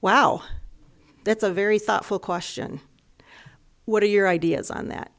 wow that's a very thoughtful question what are your ideas on that